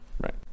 Right